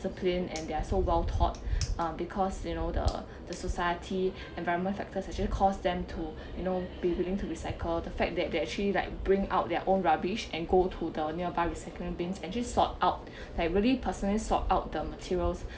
the plane and they're so well thought because you know the the society environment factors actually caused them to you know be willing to recycle the fact that they actually like bring out their own rubbish and go to the nearby recycling bins and just sort out like really personal sort out the materials